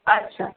अच्छा